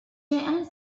and